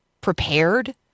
prepared